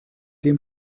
dem